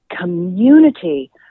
community